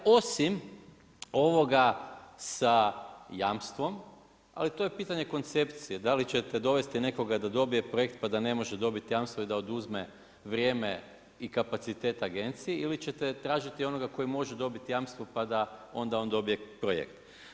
Osim ovoga sa jamstvom ali to je pitanje koncepcije, da li ćete dovesti nekoga da dobije projekt pa da ne može dobiti jamstvo i da oduzme vrijeme i kapacitet agenciji ili ćete tražiti onoga koji može dobiti jamstvo pa da onda on dobije projekt.